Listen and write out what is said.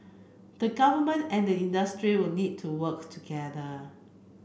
the government and the industry will need to work together